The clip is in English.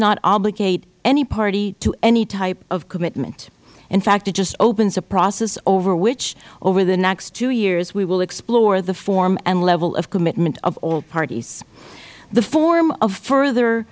not obligate any party to any type of commitment in fact it just opens a process over which over the next two years we will explore the form and level of commitment of all parties the form of further